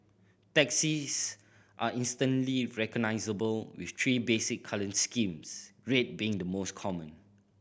taxis are instantly recognisable with three basic colour schemes red being the most common